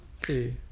two